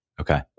Okay